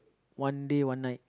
one day one night